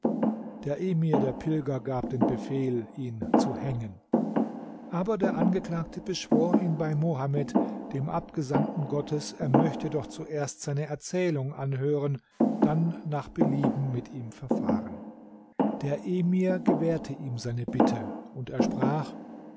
der emir der pilger gab den befehl ihn zu hängen aber der angeklagte beschwor ihn bei mohammed dem abgesandten gottes er möchte doch zuerst seine erzählung anhören dann nach belieben mit ihm verfahren der emir gewährte ihm seine bitte und er sprach